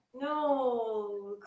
No